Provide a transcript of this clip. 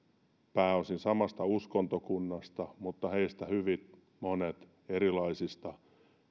pääosin samasta uskontokunnasta mutta hyvin monet heistä erilaisista